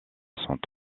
sont